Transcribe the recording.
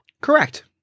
Correct